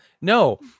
No